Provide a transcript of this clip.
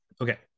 Okay